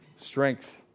strength